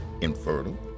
infertile